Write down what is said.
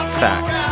fact